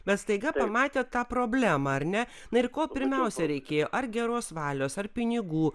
bet staiga pamatė tą problemą ar ne na ir ko pirmiausia reikėjo ar geros valios ar pinigų